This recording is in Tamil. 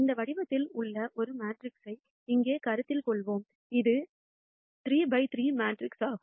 இந்த வடிவத்தில் உள்ள ஒரு மேட்ரிக்ஸ்ஐ இங்கே கருத்தில் கொள்வோம் இது 3 by 3 மேட்ரிக்ஸ் ஆகும்